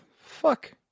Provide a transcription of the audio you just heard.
fuck